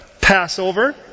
Passover